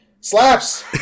slaps